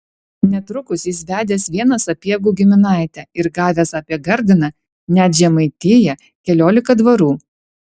netrukus jis vedęs vieną sapiegų giminaitę ir gavęs apie gardiną net žemaitiją keliolika dvarų